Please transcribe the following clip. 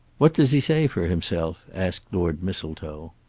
what does he say for himself? asked lord mistletoe.